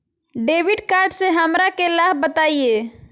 Debit card से हमरा के लाभ बताइए?